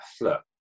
look